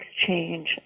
exchange